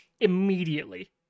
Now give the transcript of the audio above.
immediately